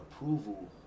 approval